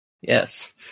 Yes